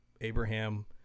Abraham